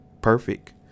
perfect